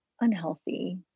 unhealthy